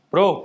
Bro